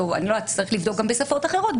צריך לבדוק גם בשפות אחרות,